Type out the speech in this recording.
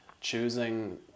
choosing